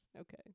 okay